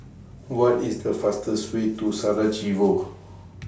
What IS The fastest Way to Sarajevo